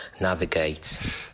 navigate